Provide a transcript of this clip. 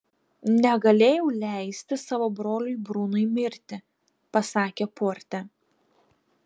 negalėjau leisti savo broliui brunui mirti pasakė porte